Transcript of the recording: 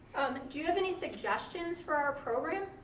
do you have any suggestions for our program?